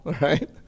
right